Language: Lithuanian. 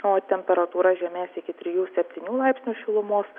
o temperatūra žemės iki trijų septynių laipsnių šilumos